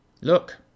Look